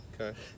Okay